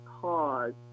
pause